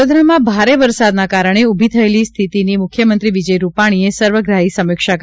વડોદરામાં ભારે વરસાદના કારણે ઉભી થયેલી સ્થિતીની મુખ્યમંત્રી વિજય રૂપાણીએ સર્વગ્રાહી સમીક્ષા કરી હતી